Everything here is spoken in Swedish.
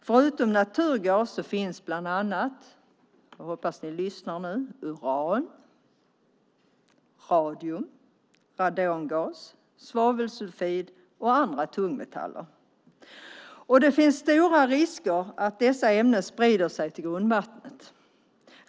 Förutom naturgas finns bland annat - hoppas att ni lyssnar nu - uran, radium, radongas, svavelsulfit och andra tungmetaller. Det finns stora risker att dessa ämnen sprider sig till grundvattnet.